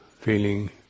feeling